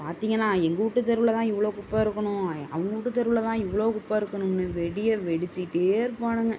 பார்த்திங்கன்னா எங்க வீட்டு தெருவில்தான் இவ்ளோ குப்பை இருக்கணும் அவுங்க வீட்டு தெருவில தான் இவ்வளோ குப்பை இருக்கணும்ன்னு வெடியை வெடிச்சுட்டே இருப்பானுங்க